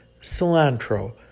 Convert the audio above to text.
cilantro